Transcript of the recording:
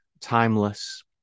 timeless